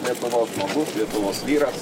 lietuvos žmogus lietuvos vyras